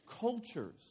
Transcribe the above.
cultures